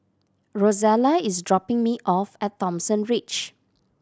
Rozella is dropping me off at Thomson Ridge